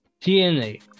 DNA